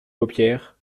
paupières